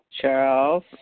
Charles